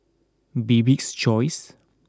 Bibik's choice